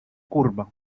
curva